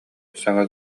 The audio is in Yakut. саҥа